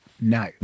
no